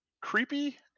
creepy